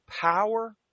power